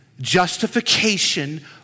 justification